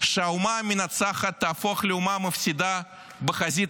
שהאומה המנצחת תהפוך לאומה מפסידה בחזית